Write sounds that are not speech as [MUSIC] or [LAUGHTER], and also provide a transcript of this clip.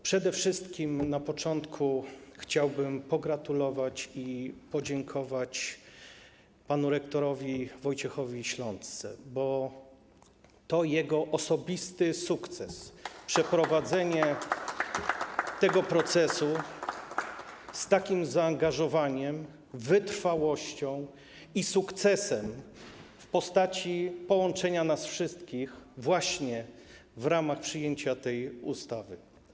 Przede wszystkim na początku chciałbym pogratulować i podziękować panu rektorowi Wojciechowi Ślączce, bo to jego osobisty sukces [APPLAUSE] - przeprowadzenie tego procesu z takim zaangażowaniem, wytrwałością - sukces w postaci połączenia nas wszystkich i przyjęcia tej ustawy.